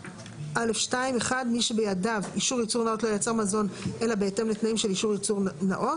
בעל היתר הפעלה יקבע את אורך חיי המדף של הבשר הגולמי שייצר ויסמן אותו.